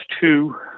two